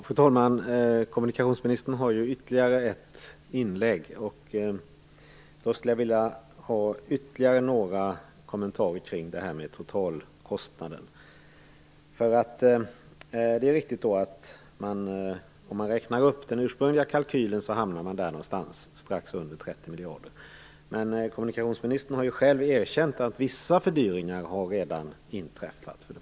Fru talman! Kommunikationsministern har ju ytterligare ett inlägg. Jag skulle vilja ha ytterligare några kommentarer kring totalkostnaden. Om man räknar upp den ursprungliga kalkylen hamnar man strax under 30 miljarder. Men kommunikationsministern har ju för det första själv erkänt att vissa fördyringar redan har inträffat.